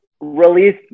Release